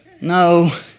No